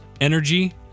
energy